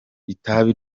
itabi